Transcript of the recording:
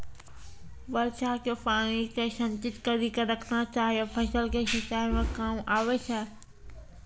वर्षा के पानी के संचित कड़ी के रखना चाहियौ फ़सल के सिंचाई मे काम आबै छै?